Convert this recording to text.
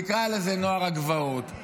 תקרא לזה נוער הגבעות.